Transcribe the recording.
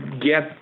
get